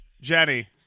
Jenny